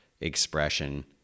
expression